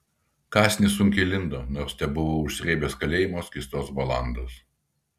kąsnis sunkiai lindo nors tebuvau užsrėbęs kalėjimo skystos balandos